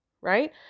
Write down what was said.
right